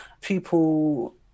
people